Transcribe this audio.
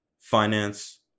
finance